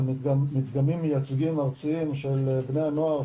על מדגמים מייצגים ארציים של בני הנוער,